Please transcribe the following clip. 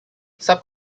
sub